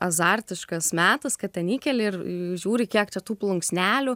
azartiškas metas kad ten įkeli ir žiūri kiek čia tų plunksnelių